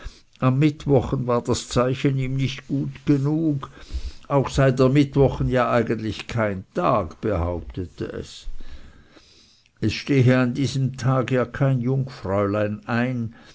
am mittwochen war das zeichen ihm nicht gut genug auch sei der mittwochen ja eigentlich kein tag behauptete es es stehe an diesem tag ja kein jungfräulein ein